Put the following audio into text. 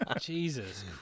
Jesus